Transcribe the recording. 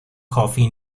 کافی